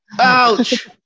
Ouch